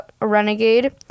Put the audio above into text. renegade